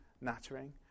nattering